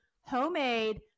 homemade